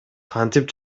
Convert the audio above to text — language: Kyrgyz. кантип